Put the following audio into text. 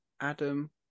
adam